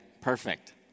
Perfect